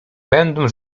będą